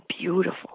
beautiful